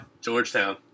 Georgetown